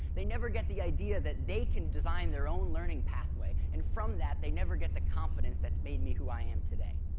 they never get the idea that they can design their own learning pathway and from that they never get the confidence that's made me who i am today.